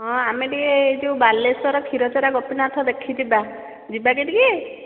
ହଁ ଆମେ ଟିକିଏ ଏଇ ଯେଉଁ ବାଲେଶ୍ୱର କ୍ଷୀରଚୋରା ଗୋପୀନାଥ ଦେଖି ଯିବା ଯିବା କି ଟିକିଏ